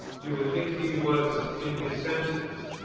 you would think he was in his senses.